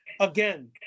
Again